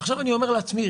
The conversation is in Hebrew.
עכשיו אני אומר לעצמי,